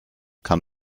kann